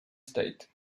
state